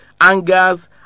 angers